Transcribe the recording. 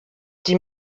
die